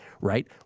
right